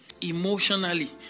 Emotionally